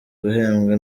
guhembwa